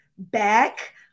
back